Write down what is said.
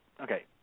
okay